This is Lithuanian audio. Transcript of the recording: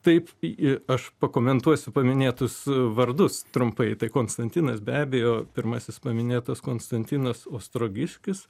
taip į aš pakomentuosiu paminėtus vardus trumpai tai konstantinas be abejo pirmasis paminėtas konstantinas ostrogiškis